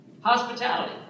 Hospitality